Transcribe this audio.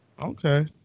Okay